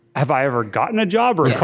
have i ever gotten a job or?